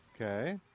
Okay